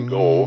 go